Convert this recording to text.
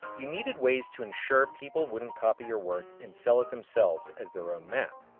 you needed ways to ensure people wouldn't copy your work and sell it themselves as their own map.